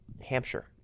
Hampshire